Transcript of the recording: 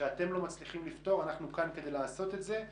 אנחנו כאן כדי לעשות את זה.